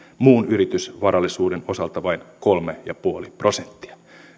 muun yritysvarallisuuden osalta vain kolme pilkku viisi prosenttia